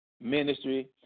ministry